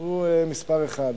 הוא מספר אחת.